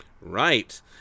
Right